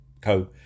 Co